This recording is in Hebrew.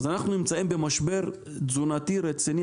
אז אנחנו נמצאים במשבר תזונתי רציני,